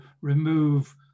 remove